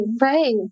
Right